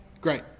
Great